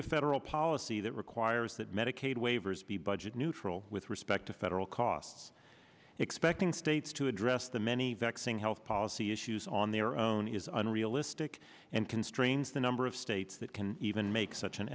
to federal policy that requires that medicaid waivers be budget neutral with respect to federal costs expecting states to address the many vexing health policy issues on their own is unrealistic and constrains the number of states that can even make such an